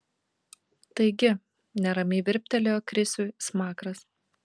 taigi neramiai virptelėjo krisiui smakras